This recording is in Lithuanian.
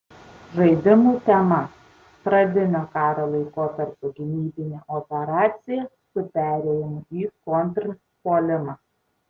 žaidimų tema pradinio karo laikotarpio gynybinė operacija su perėjimu į kontrpuolimą